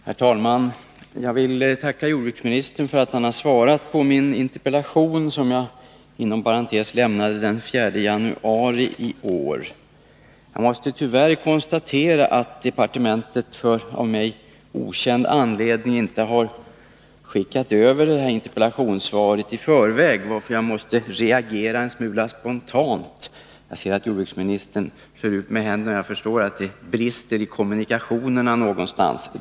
Herr talman! Jag vill tacka jordbruksministern för att han har svarat på min interpellation, som jag inom parentes sagt framställde den 4 januari i år. Jag tvingas tyvärr konstatera att departementet av för mig okänd anledning inte har skickat över det här interpellationssvaret i förväg, varför jag måste reagera en smula spontant. Jag ser att jordbruksministern slår ut med händerna — jag förstår att det är brister i kommunikationerna någonstans.